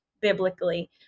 biblically